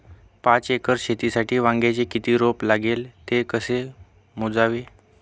पाच एकर शेतीसाठी वांग्याचे किती रोप लागेल? ते कसे मोजावे?